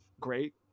great